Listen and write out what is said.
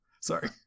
Sorry